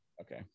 Okay